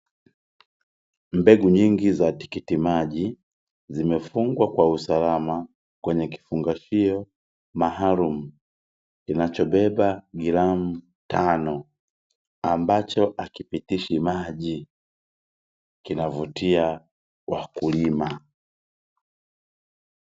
Mbegu nyingi za tikitimaji zimefungwa kwa usalama kwenye kifungashio maalumu kinachobeba gramu tano ambacho hakipitishi maji kinavutia wakulima.